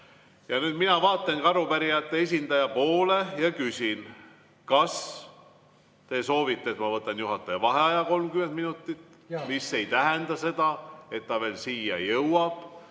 Ja nüüd mina vaatangi arupärijate esindaja poole ja küsin: kas te soovite, et ma võtan juhataja vaheaja 30 minutit, mis ei tähenda seda, et ta [selle ajaga